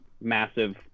massive